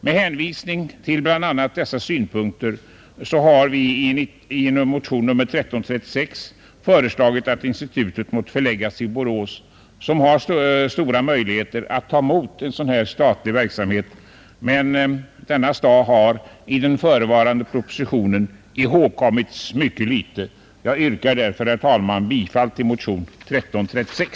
Med hänvisning till bl.a. dessa synpunkter har vi i motionen 1336 föreslagit att institutet måtte förläggas till Borås, som har stora möjligheter att ta emot en sådan här statlig verksamhet. Men denna stad har i den förevarande propositionen ihågkommits mycket litet. Jag yrkar därför, herr talman, bifall till motionen 1336.